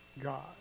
God